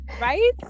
Right